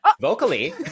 vocally